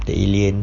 the aliens